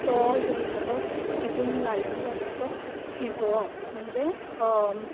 तो जो आसा तो तितून घालूंक जो आसा तो शिजोवप म्हणजे